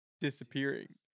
disappearing